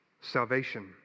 salvation